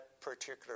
particular